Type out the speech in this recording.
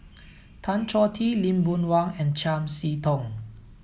Tan Choh Tee Lee Boon Wang and Chiam See Tong